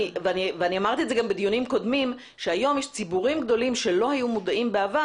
אמרתי גם בדיונים קודמים שהיום יש ציבורים גדולים שלא היו מודעים בעבר